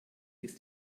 ist